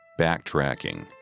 backtracking